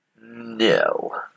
no